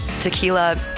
tequila